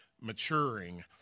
maturing